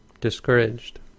discouraged